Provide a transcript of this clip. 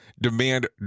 demand